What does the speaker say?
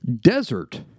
desert